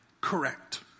correct